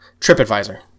TripAdvisor